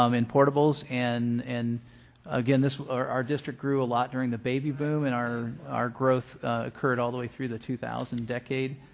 um in portables and and again this our our district grew a lot during the baby boom and our our growth occurred all the way through the two thousand decade.